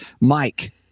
Mike